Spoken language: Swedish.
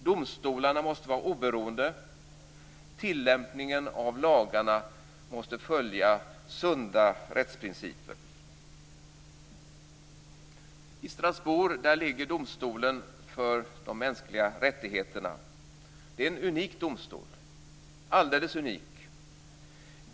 Domstolarna måste vara oberoende. Tillämpningen av lagarna måste följa sunda rättsprinciper. I Strasbourg ligger domstolen för de mänskliga rättigheterna. Det är en unik domstol, alldeles unik.